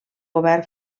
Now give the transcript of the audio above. govern